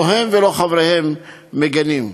לא הם ולא חבריהם, מגנים.